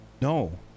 No